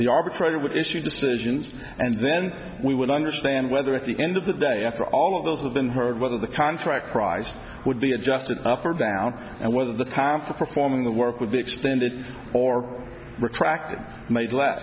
the arbitrator would issue decisions and then we would understand whether at the end of the day after all of those have been heard whether the contract prize would be adjusted upward down and whether the time for performing the work would be extended or retracted made less